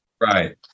Right